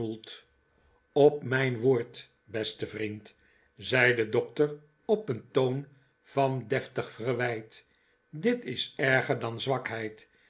op mijn woord beste vriend zei de dokter op een toon van deftig verwijt dit is erger dan zwakheid